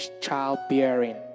childbearing